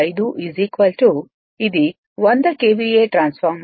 985 ఇది 100 KVA transformer